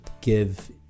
give